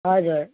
हजुर